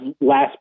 last